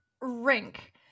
rink